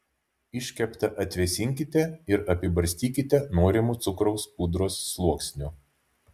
iškeptą atvėsinkite ir apibarstykite norimu cukraus pudros sluoksniu